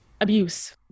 abuse